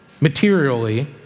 materially